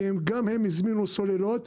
כי גם הם הזמינו סוללות,